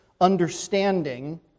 understanding